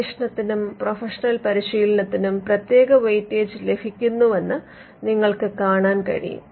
ഗവേഷണത്തിനും പ്രൊഫഷണൽ പരിശീലനത്തിനും പ്രതേക വെയിറ്റേജ് ലഭിക്കുന്നുവെന്ന് നിങ്ങൾക്ക് കാണാൻ കഴിയും